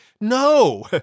No